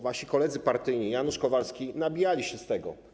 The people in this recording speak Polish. Wasi koledzy partyjni, Janusz Kowalski, nabijali się z tego.